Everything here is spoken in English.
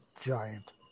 giant